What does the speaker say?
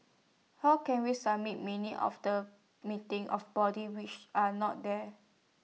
how can we submit minutes of the meeting of bodies which are not there